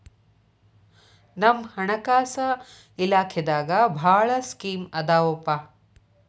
ನಮ್ ಹಣಕಾಸ ಇಲಾಖೆದಾಗ ಭಾಳ್ ಸ್ಕೇಮ್ ಆದಾವೊಪಾ